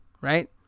right